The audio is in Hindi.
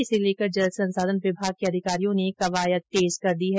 इसे लेकर जल संसाधन विभाग के अधिकारियों ने कवायद तेज कर दी है